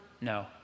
No